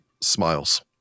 smiles